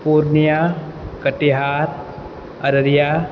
Purnia Katihar Araria